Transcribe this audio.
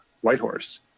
Whitehorse